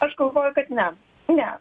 aš galvoju kad ne ne